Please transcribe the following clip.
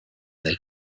they